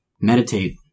Meditate